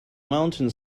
mountain